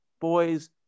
Boys